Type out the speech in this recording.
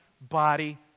body